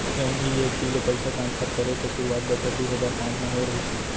NEFT ले पइसा transfer करे के सुरूवात बछर दू हजार पॉंच म होय रहिस हे